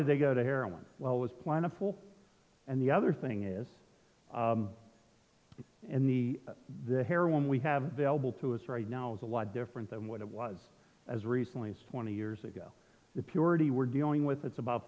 did they go to heroin well was plentiful and the other thing is in the the heroin we have valuable to us right now is a lot different than what it was as recently as twenty years ago the purity we're dealing with it's about